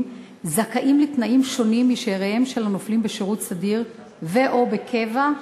זכאים לתנאים שונים משאיריהם של הנופלים בשירות סדיר או בקבע?